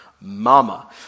mama